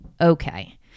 Okay